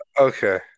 Okay